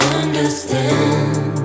understand